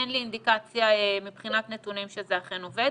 אין לי אינדיקציה מבחינת נתונים שזה אכן עובד.